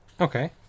Okay